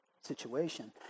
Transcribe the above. situation